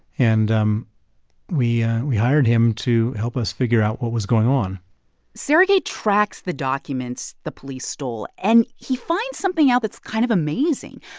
and um we we hired him to help us figure out what was going on sergei tracks the documents the police stole. and he finds something out that's kind of amazing.